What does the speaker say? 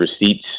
receipts